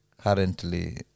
currently